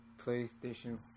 Playstation